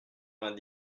vingt